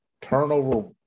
Turnover